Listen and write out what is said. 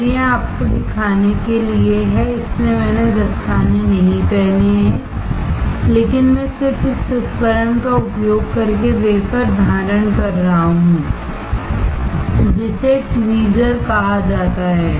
फिर यह आपको दिखाने के लिए है इसीलिए मैंने दस्ताने नहीं पहने हैं लेकिन मैं सिर्फ इस उपकरण का उपयोग करके वेफर धारण कर रहा हूं जिसे ट्वीजर कहा जाता है